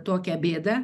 tokią bėdą